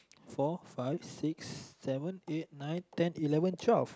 four five six seven eight nine ten eleven twelve